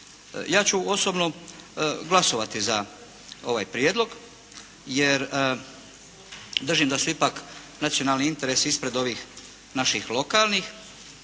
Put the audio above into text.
Ja ću osobno glasovati za ovaj prijedlog, jer držim da su ipak nacionalni interesi ispred ovih naših lokalnih,